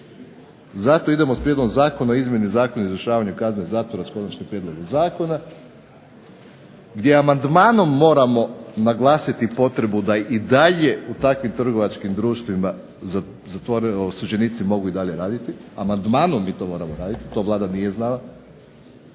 zato idemo s Prijedlogom zakona o izmjeni Zakona o izvršavanju kazne zatvora, s konačnim prijedlogom zakona gdje amandmanom moramo naglasiti potrebu da i dalje u takvim trgovačkim društvima zatvoreni i osuđenici mogu dalje raditi. Amandmanom mi to moramo raditi, to Vlada nije znala.